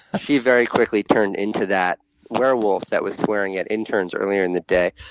she very quickly turned into that werewolf that was swearing at interns earlier in the day.